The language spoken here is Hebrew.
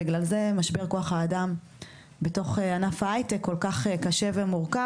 בגלל זה משבר כוח האדם בתוך ענף ההיי טק כל כך קשה ומורכב,